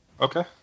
Okay